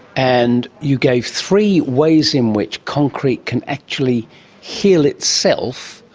and you gave three ways in which concrete can actually heal itself,